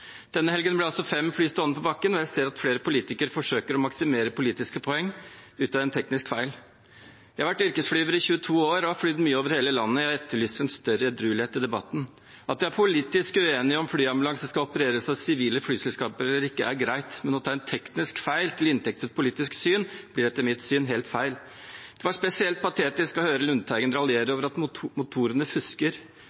Denne helgen ble altså fem fly stående på bakken, og jeg ser at flere politikere forsøker å maksimere politiske poeng av en teknisk feil. Jeg har vært yrkesflyver i 22 år og har flydd mye over hele landet, og jeg har etterlyst en større edruelighet i debatten. At det er politisk uenighet om flyambulansen skal opereres av sivile flyselskaper eller ikke, er greit, men å ta en teknisk feil til inntekt for et politisk syn blir etter mitt syn helt feil. Det var spesielt patetisk å høre representanten Lundteigen raljere